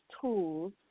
tools